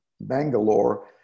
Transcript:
Bangalore